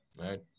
right